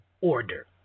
order